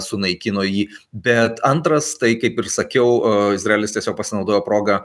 sunaikino jį bet antras tai kaip ir sakiau izraelis tiesiog pasinaudojo proga